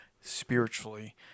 spiritually